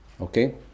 Okay